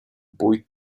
boy